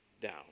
down